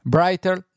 Brighter